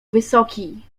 wysoki